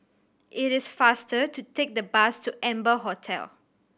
it is faster to take the bus to Amber Hotel